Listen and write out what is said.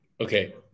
Okay